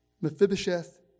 Mephibosheth